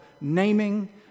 naming